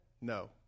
No